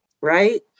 right